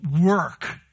work